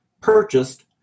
purchased